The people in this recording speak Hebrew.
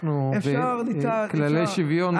אפשר, אבל אנחנו בכללי שוויון.